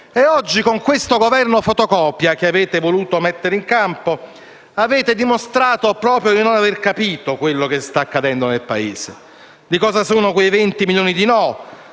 Oggi con questo Governo fotocopia che avete voluto mettere in campo avete dimostrato di non aver proprio capito quello che sta accadendo nel Paese, né cosa sono quei 20 milioni di no,